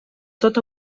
tot